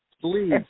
Please